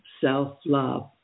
self-love